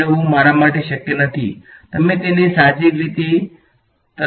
મેળવવો મારા માટે શક્ય નથી તમે તેને સાહજિક રીતે તરત જ જોઈ શકો છો